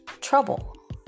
trouble